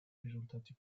risultati